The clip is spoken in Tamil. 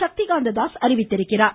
சக்தி காந்த தாஸ் அறிவித்துள்ளார்